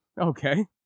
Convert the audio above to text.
Okay